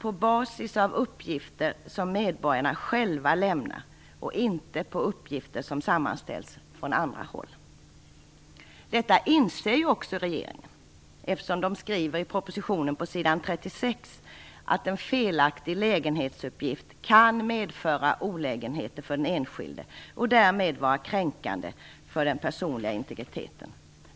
på basis av uppgifter som medborgarna själva lämnar och inte på basis av en sammanställning av uppgifter från annat håll. Detta inser också regeringen eftersom man på s. 36 i propositionen skriver att en felaktig lägenhetsuppgift kan medföra olägenheter för den enskilde och därmed vara kränkande för den personliga integriteten.